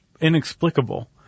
inexplicable